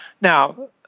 Now